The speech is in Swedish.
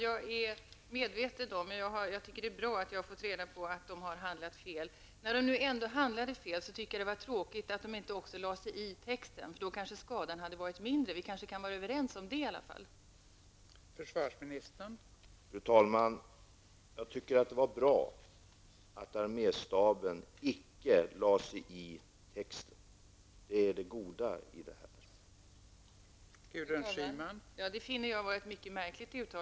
Fru talman! Det är bra att jag har fått reda på att de har handlat fel. När de nu handlade fel, var det synd att de inte också lade sig i texten, för då kanske skadan hade varit mindre. Vi kan kanske vara överens om att detta i alla fall är fel.